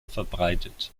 verbreitet